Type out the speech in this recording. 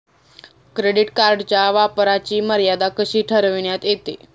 Credit कार्डच्या वापराची मर्यादा कशी ठरविण्यात येते?